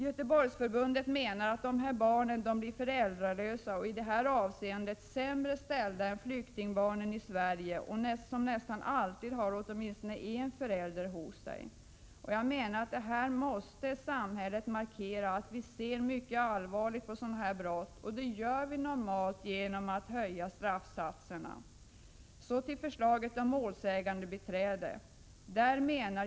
Göteborgsförbundet menar att dessa barn blir föräldralösa och i detta avseende sämre ställda än flyktingbarnen i Sverige, som i regel åtminstone har en förälder hos sig. Samhället måste här markera att vi ser mycket allvarligt på sådana brott. Det gör vi normalt genom att höja 85 straffsatserna. Jag vill sedan säga några ord om förslaget om målsägandebiträde.